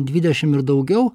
dvidešim ir daugiau